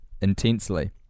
Intensely